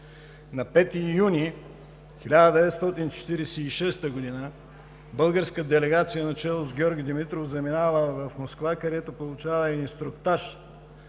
На 5 юни 1946 г. българска делегация начело с Георги Димитров заминава в Москва, където получава инструктаж